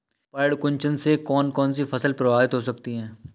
पर्ण कुंचन से कौन कौन सी फसल प्रभावित हो सकती है?